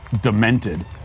demented